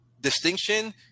distinction